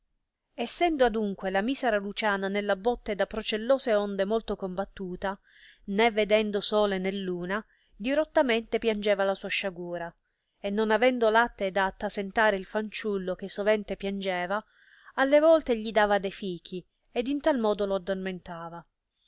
essendo adunque la misera luciana nella botte da procellose onde molto combattuta né vedendo sole né luna dirottamente piangeva la sua sciagura e non avendo latte da attasentare il fanciullo che sovente piangeva alle volte gli dava de fichi ed in tal modo lo addormentava